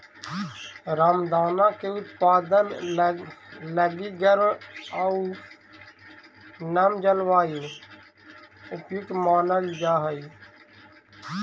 रामदाना के उत्पादन लगी गर्म आउ नम जलवायु उपयुक्त मानल जा हइ